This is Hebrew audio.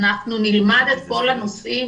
אנחנו נלמד את כל הנושאים,